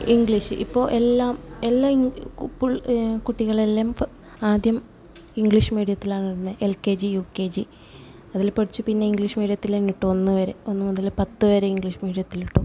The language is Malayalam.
ഇംഗ്ലീഷ് ഇപ്പോൾ എല്ലാം എല്ലായി പുൾ കുട്ടികളെല്ലാം ആദ്യം ഇംഗ്ലീഷ് മീഡിയത്തിൽ ആണേൽ L K G U K G അതിൽ പഠിച്ച് പിന്നെ ഇംഗ്ലീഷ് മീഡിയത്തിൽ അങ്ങോട്ട് ഒന്ന് വരെ ഒന്ന് മുതല് പത്ത് വരെ ഇംഗ്ലീഷ് മീഡിയത്തിൽ ഇട്ടു